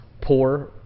poor